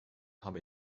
habe